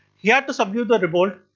he had to subdue the revolt.